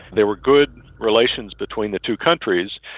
there were good relations between the two countries,